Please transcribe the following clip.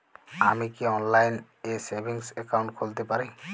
আমি কি অনলাইন এ সেভিংস অ্যাকাউন্ট খুলতে পারি?